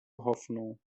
hoffnung